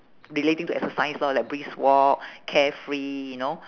relating to exercise lor like brisk walk carefree you know